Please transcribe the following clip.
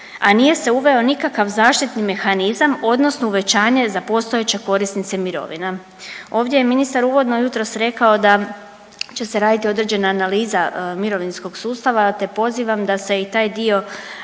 a nije se uveo nikakav zaštitni mehanizam odnosno uvećanje za postojeće korisnice mirovina. Ovdje je ministar uvodno jutros rekao da će se raditi određena analiza mirovinskog sustava, te pozivam a se i taj dio također